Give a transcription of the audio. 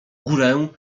górę